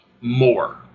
more